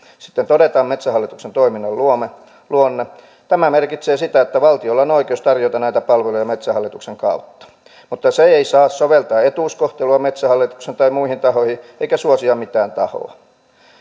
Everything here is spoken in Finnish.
sitten todetaan metsähallituksen toiminnan luonne tämä merkitsee sitä että valtiolla on oikeus tarjota näitä palveluja metsähallituksen kautta mutta se ei saa soveltaa etuuskohtelua metsähallitukseen tai muihin tahoihin eikä suosia mitään tahoa